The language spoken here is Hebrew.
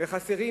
וחסרות,